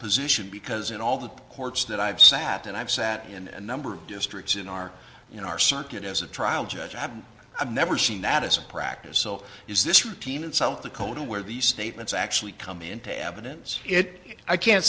position because in all the courts that i've sat and i've sat in a number of districts in our you know our circuit as a trial judge i haven't i've never seen that as a practice so is this routine in south dakota where these statements actually come into evidence it is i can't